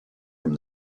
from